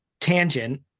tangent